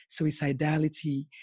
suicidality